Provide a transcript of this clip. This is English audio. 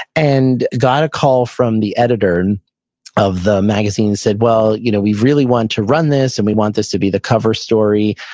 and got a call from the editor of the magazine said, you know we really want to run this and we want this to be the cover story,